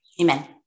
Amen